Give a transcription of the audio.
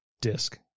disc